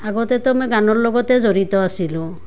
আগতেতো মই গানৰ লগতে জড়িত আছিলোঁ